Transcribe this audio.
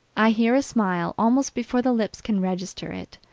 i hear a smile almost before the lips can register it,